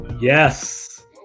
Yes